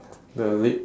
the leg